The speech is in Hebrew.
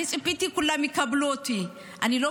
אני ציפיתי שכולם יקבלו אותי.